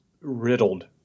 riddled